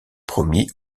promis